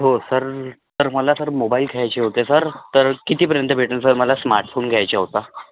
हो sir sir मला sir mobile घ्यायचे होते सर तर कितीपर्यंत भेटेल सर मला स्मार्टफोन घ्यायचा होता